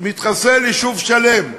מתחסל יישוב שלם.